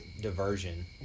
diversion